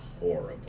horrible